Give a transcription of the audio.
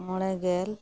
ᱢᱚᱬᱮ ᱜᱮᱞ